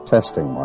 Testing